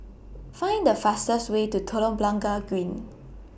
Find The fastest Way to Telok Blangah Green